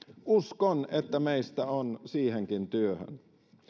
uskon että meistä on siihenkin työhön